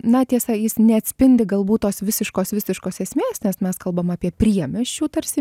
na tiesa jis neatspindi galbūt tos visiškos visiškos esmės nes mes kalbam apie priemiesčių tarsi